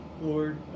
Lord